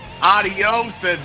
Adios